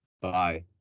Bye